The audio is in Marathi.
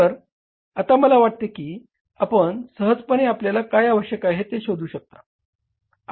तर आता मला वाटते की आपण सहजपणे आपल्याला काय आवश्यक आहे ते शोधू शकता